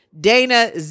Dana